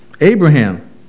Abraham